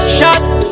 Shots